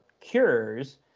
cures